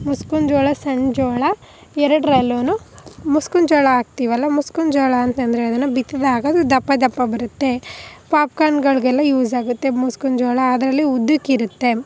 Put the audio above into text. ಮುಸ್ಕಿನ ಜೋಳ ಸಣ್ಣ ಜೋಳ ಎರಡರಲ್ಲೂ ಮುಸ್ಕಿನ ಜೋಳ ಹಾಕ್ತೀವಲ್ಲ ಮುಸ್ಕಿನ ಜೋಳ ಅಂತ ಅಂದ್ರೆ ಅದನ್ನು ಬಿತ್ತಿದಾಗ ಅದು ದಪ್ಪ ದಪ್ಪ ಬರುತ್ತೆ ಪಾಪ್ಕಾರ್ನ್ಗಳಿಗೆಲ್ಲ ಯೂಸಾಗುತ್ತೆ ಮುಸ್ಕಿನ ಜೋಳ ಅದರಲ್ಲಿ ಉದ್ದಿಕ್ಕಿರುತ್ತೆ